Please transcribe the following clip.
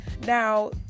Now